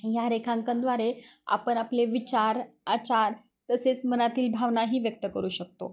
या रेखांकनाद्वारे आपण आपले विचार आचार तसेच मनातील भावनाही व्यक्त करू शकतो